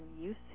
use